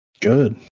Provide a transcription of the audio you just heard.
Good